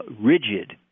rigid